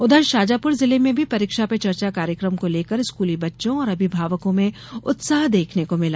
उधर शाजापुर जिले में भी परीक्षा पे चर्चा कार्यक्रम को लेकर स्कूली बच्चों और अभिभावकों में उत्साह देखने को मिला